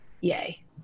Yay